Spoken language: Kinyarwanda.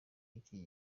iki